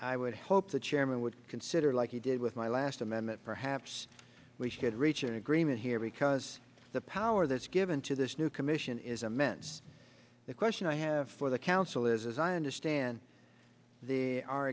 i would hope the chairman would consider like he did with my last amendment perhaps we should reach an agreement here because the power that's given to this new commission is a mess the question i have for the council is as i understand there are